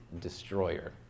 destroyer